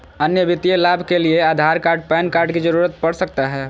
अन्य वित्तीय लाभ के लिए आधार कार्ड पैन कार्ड की जरूरत पड़ सकता है?